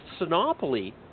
Sinopoli